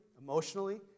emotionally